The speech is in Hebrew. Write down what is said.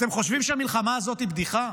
אתם חושבים שהמלחמה הזאת היא בדיחה?